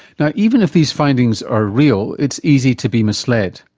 now even if these findings are real, it's easy to be misled.